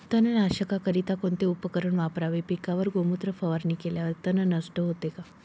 तणनाशकाकरिता कोणते उपकरण वापरावे? पिकावर गोमूत्र फवारणी केल्यावर तण नष्ट होते का?